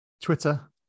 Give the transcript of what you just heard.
Twitter